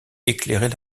éclairait